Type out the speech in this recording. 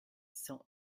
cent